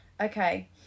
Okay